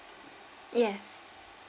yes